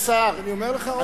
אני אומר לך עוד פעם.